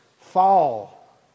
fall